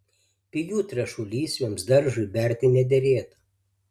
pigių trąšų lysvėms daržui berti nederėtų